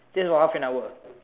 this is for half an hour